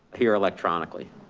here electronically.